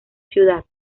ciudad